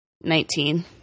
Nineteen